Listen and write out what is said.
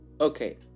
Okay